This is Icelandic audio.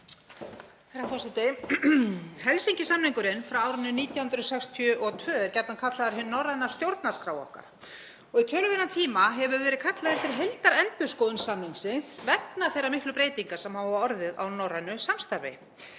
Helsinki-samningurinn frá árinu 1962 er gjarnan kallaður hin norræna stjórnarskrá okkar og í töluverðan tíma hefur verið kallað eftir heildarendurskoðun samningsins vegna þeirra miklu breytinga sem hafa orðið á norrænu samstarfi.